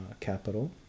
capital